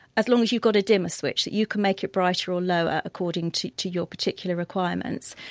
as long as you've got a dimmer switch that you can make it brighter or lower according to to your particular requirements.